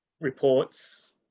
reports